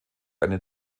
eine